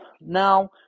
now